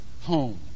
home